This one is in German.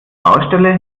baustelle